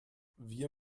wir